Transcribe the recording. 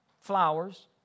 flowers